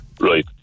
Right